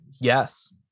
yes